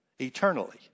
eternally